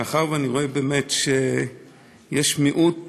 מאחר שאני רואה באמת שיש מיעוט